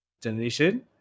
generation